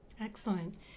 Excellent